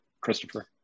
Christopher